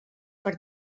per